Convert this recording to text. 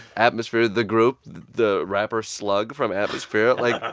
atmosphere, the group the rapper slug from atmosphere, like,